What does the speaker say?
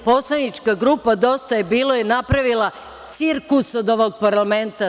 Poslanička grupa Dosta je bilo je napravila cirkus od ovog parlamenta.